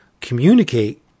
communicate